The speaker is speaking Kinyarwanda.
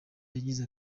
yagize